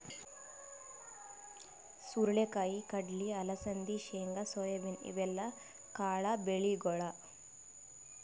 ಹುರಳಿ ಕಾಯಿ, ಕಡ್ಲಿ, ಅಲಸಂದಿ, ಶೇಂಗಾ, ಸೋಯಾಬೀನ್ ಇವೆಲ್ಲ ಕಾಳ್ ಬೆಳಿಗೊಳ್